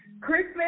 Christmas